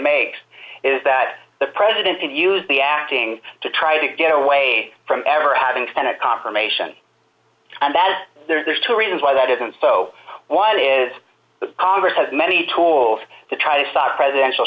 makes is that the president can use the acting to try to get away from ever having senate confirmation and that there's two reasons why that isn't so why is the congress has many tools to try to stop presidential